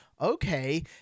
Okay